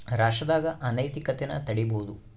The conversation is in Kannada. ರಾಷ್ಟ್ರದಾಗ ಅನೈತಿಕತೆನ ತಡೀಬೋದು